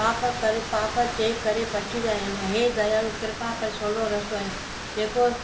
पाप करे पाप जे करे बची रहिया आहिनि हे दयालू कृपा करे सहुलो रस्तो ऐं जेको